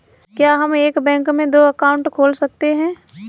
क्या हम एक बैंक में दो अकाउंट खोल सकते हैं?